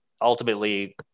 ultimately